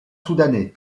soudanais